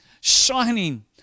shining